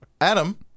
Adam